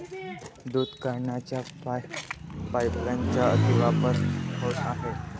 दूध काढण्याच्या पाइपलाइनचा अतिवापर होत आहे